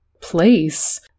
place